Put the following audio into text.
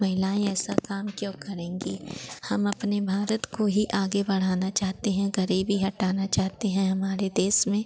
महिलाएँ ऐसा काम क्यों करेंगी हम अपने भारत को ही आगे बढ़ाना चाहते हैं ग़रीबी हटाना चाहते हैं हमारे देश में